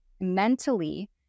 mentally